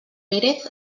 pérez